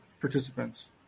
participants